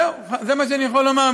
זהו, זה מה שאני יכול לומר.